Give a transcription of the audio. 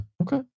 Okay